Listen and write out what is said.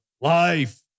life